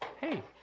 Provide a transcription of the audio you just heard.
hey